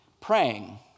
praying